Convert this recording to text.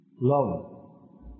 Love